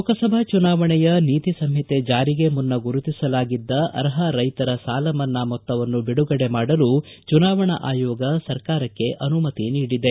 ಲೋಕಸಭಾ ಚುನಾವಣೆಯ ನೀತಿ ಸಂಹಿತೆ ಜಾರಿಗೆ ಮುನ್ನಗುರುತಿಸಲಾಗಿದ್ದ ಅರ್ಹ ರೈತರ ಸಾಲ ಮನ್ನಾ ಮೊತ್ತವನ್ನು ಬಿಡುಗಡೆ ಮಾಡಲು ಚುನಾವಣಾ ಆಯೋಗ ಸರ್ಕಾರಕ್ಕೆ ಅನುಮತಿ ನೀಡಿದೆ